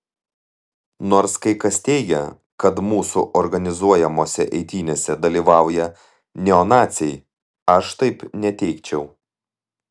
nors kai kas teigia kad mūsų organizuojamose eitynėse dalyvauja neonaciai aš taip neteigčiau